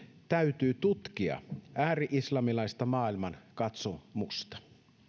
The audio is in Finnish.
täytyy tutkia ääri islamilaista maailmankatsomusta